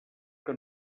que